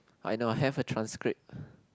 I know I have a transcript